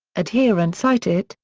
adherents cite it,